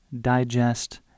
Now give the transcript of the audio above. digest